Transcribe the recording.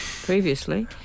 previously